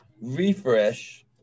refresh